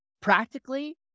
practically